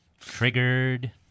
Triggered